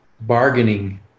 bargaining